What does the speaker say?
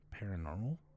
paranormal